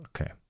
Okay